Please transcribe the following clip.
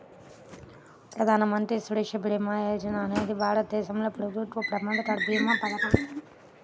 ప్రధాన మంత్రి సురక్ష భీమా యోజన అనేది భారతదేశంలో ప్రభుత్వ ప్రమాద భీమా పథకం